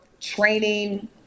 training